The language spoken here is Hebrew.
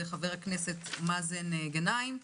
חבר הכנסת מאזן גנאים,